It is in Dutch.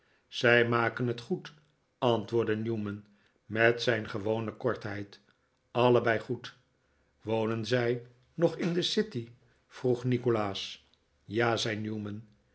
zij maken het goed antwoordde newman met zijn gewone kortheid allebei goed wonen zij nog in de gity vroeg nikolaas ja zei newman